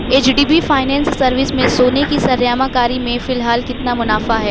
H D B finance service میں سونے کی سرمایہ کاری میں فی الحال کتنا منافع ہے